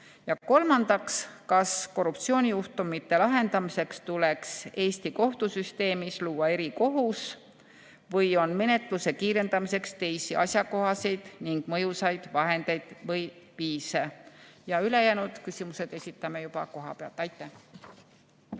Ja kolmandaks, kas korruptsioonijuhtumite lahendamiseks tuleks Eesti kohtusüsteemis luua erikohus või on menetluse kiirendamiseks teisi asjakohaseid ning mõjusaid vahendeid või viise? Ülejäänud küsimused esitame juba kohapealt. Aitäh!